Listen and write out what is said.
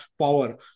power